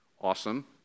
Awesome